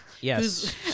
Yes